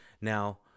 Now